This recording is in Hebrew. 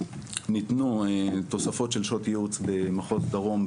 ניתנו תוספות של שעות ייעוץ במחוז דרום,